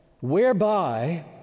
whereby